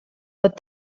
but